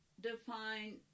define